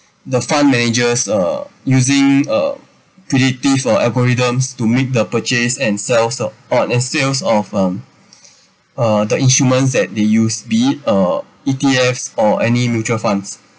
the fund managers uh using uh predictive algorithms to make the purchase and sells and sales sales of um uh the instruments that they use be it uh E_T_F or any mutual funds